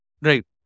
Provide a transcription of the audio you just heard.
Right